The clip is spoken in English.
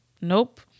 Nope